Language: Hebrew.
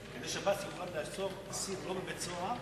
כדי ששב"ס יוכל לעסוק לא בבית-סוהר,